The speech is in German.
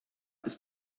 ist